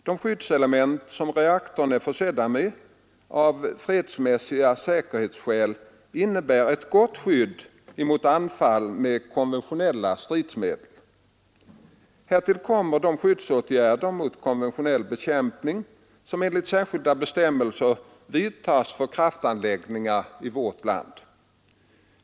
De skyddselement som reaktorer är försedda med av fredsmässiga säkerhetsskäl innebär ett gott skydd mot anfall med konventionella stridsmedel. Härtill kommer de skyddsåtgärder mot konventionell bekämpning som enligt särskilda bestämmelser vidtas för kraftanläggningar i vårt land.